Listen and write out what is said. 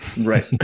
right